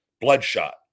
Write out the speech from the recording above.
Bloodshot